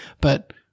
But-